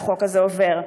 כשהחוק הזה עובר,